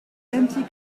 antique